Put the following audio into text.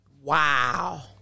Wow